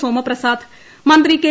സോമപ്രസാദ് മന്ത്രി കെ